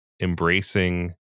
embracing